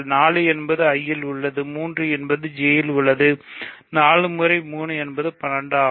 4 என்பது I இல் உள்ளது 3 என்பது J இல் உள்ளது 4 முறை 3 இது 12 ஆகும்